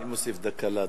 אני מוסיף דקה לאדוני.